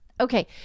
Okay